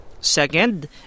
Second